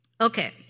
Okay